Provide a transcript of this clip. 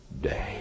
day